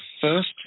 first